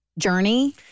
Journey